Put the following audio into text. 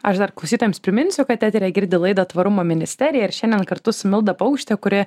aš dar klausytojams priminsiu kad eteryje girdi laidą tvarumo ministerija ir šiandien kartu su milda paukšte kuri